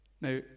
Now